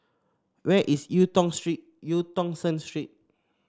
where is Eu Tong Street Eu Tong Sen Street